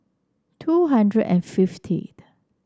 two hundred and fiftieth